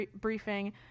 briefing